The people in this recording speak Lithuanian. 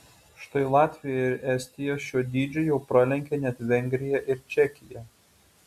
štai latvija ir estija šiuo dydžiu jau pralenkė net vengriją ir čekiją